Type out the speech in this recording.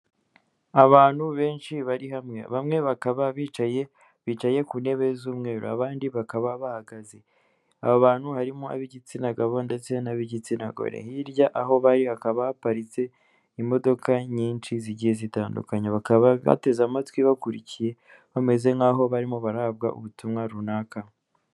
Abantu benshi bari hamwe, bamwe bakaba bicaye, bicaye ku ntebe z'umweru abandi bakaba bahagaze, aba bantu harimo ab'igitsina gabo ndetse n'ab'igitsina gore, hirya aho hakaba haparitse imodoka nyinshi zigiye zitandukanye, bakaba bateze amatwi bakurikiye bameze nk'aho barimo barahabwa ubutumwa runaka.